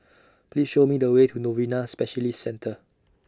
Please Show Me The Way to Novena Specialist Centre